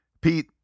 Pete